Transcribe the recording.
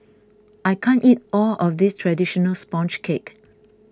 I can't eat all of this Traditional Sponge Cake